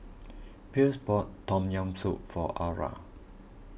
Pierre's bought Tom Yam Soup for Arra